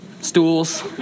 stools